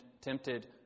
tempted